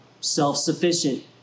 self-sufficient